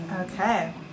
Okay